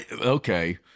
okay